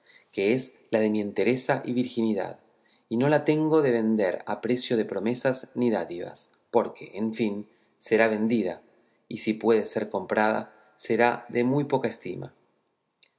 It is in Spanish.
que es la de mi entereza y virginidad y no la tengo de vender a precio de promesas ni dádivas porque en fin será vendida y si puede ser comprada será de muy poca estima